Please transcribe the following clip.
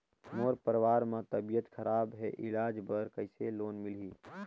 मोर परवार मे तबियत खराब हे इलाज बर कइसे लोन मिलही?